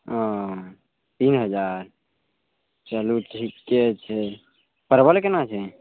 हँ तीन हजार चलू ठीके छै परबल केना छै